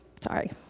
sorry